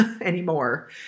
anymore